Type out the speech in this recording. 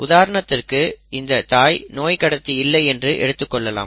உதாரணத்திற்கு இந்த தாய் நோய் கடத்தி இல்லை என்று எடுத்துக் கொள்வோம்